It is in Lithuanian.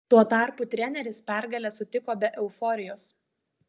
tuo tarpu treneris pergalę sutiko be euforijos